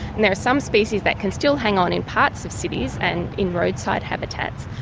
there are some species that can still hang on in parts of cities and in roadside habitats,